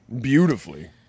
beautifully